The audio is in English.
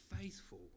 faithful